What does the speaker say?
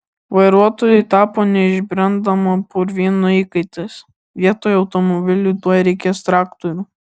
vairuotojai tapo neišbrendamo purvyno įkaitais vietoj automobilių tuoj reikės traktorių